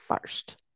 first